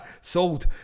Sold